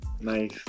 Nice